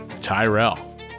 Tyrell